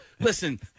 Listen